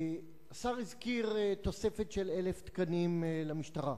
השר הזכיר תוספת של 1,000 תקנים למשטרה,